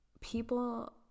people